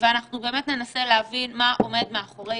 ואנחנו באמת ננסה להבין מה עומד מאחורי